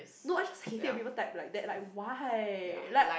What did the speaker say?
no I just hate it when people type like that like why like